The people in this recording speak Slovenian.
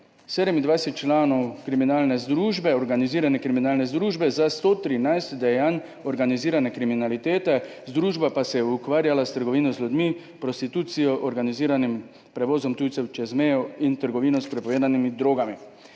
27 članov organizirane kriminalne združbe za 113 dejanj organizirane kriminalitete, združba pa se je ukvarjala s trgovino z ljudmi, prostitucijo, organiziranim prevozom tujcev čez mejo in trgovino s prepovedanimi drogami.